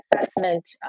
assessment